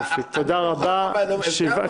אין אושרה ההצעה אושרה.